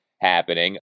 happening